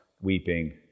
weeping